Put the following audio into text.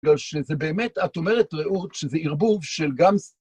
לא, שזה באמת, את אומרת, רעות, שזה ערבוב של גם...